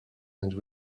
and